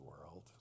World